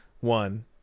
one